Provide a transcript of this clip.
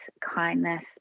kindness